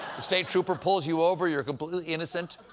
state trooper pulls you over, you're completely innocent,